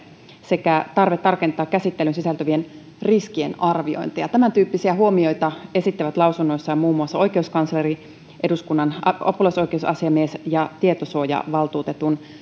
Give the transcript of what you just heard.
sekä tarve tarkentaa käsittelyyn sisältyvien riskien arviointeja tämäntyyppisiä huomioita esittävät lausunnoissaan muun muassa oikeuskansleri eduskunnan apulaisoikeusasiamies ja tietosuojavaltuutetun